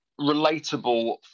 relatable